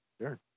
Sure